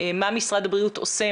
מה משרד הבריאות עושה,